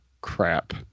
crap